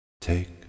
Take